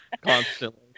constantly